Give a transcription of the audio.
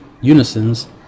unisons